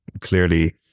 clearly